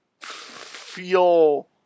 feel